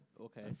Okay